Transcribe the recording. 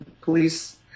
police